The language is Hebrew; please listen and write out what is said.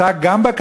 אתה גם בקייטנות